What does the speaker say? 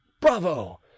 Bravo